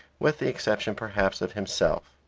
with the exception, perhaps, of himself.